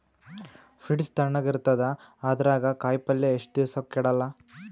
Fridge ತಣಗ ಇರತದ, ಅದರಾಗ ಕಾಯಿಪಲ್ಯ ಎಷ್ಟ ದಿವ್ಸ ಕೆಡಲ್ಲ?